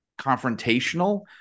confrontational